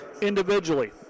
Individually